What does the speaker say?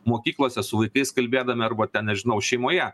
mokyklose su vaikais kalbėdami arba ten nežinau šeimoje